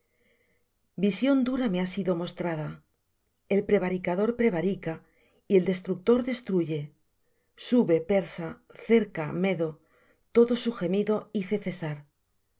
visión dura me ha sido mostrada el prevaricador prevarica y el destructor destruye sube persa cerca medo todo su gemido hice cesar